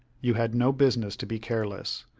you had no business to be careless.